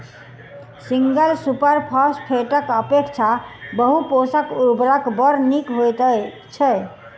single super फौसफेटक अपेक्षा बहु पोषक उर्वरक बड़ नीक होइत छै